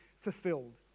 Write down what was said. fulfilled